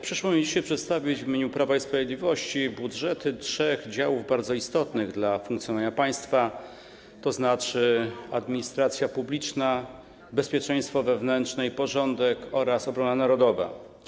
Przyszło mi dzisiaj przedstawić w imieniu Prawa i Sprawiedliwości budżety trzech działów bardzo istotnych dla funkcjonowania państwa, a są to: administracja publiczna, bezpieczeństwo wewnętrzne i porządek oraz obrona narodowa.